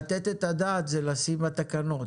לתת את הדעת זה לשים בתקנות.